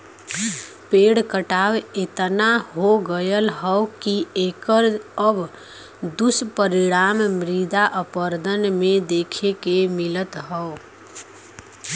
पेड़ के कटाव एतना हो गयल हौ की एकर अब दुष्परिणाम मृदा अपरदन में देखे के मिलत हौ